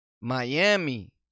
Miami